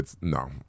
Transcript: No